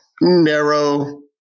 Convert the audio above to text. narrow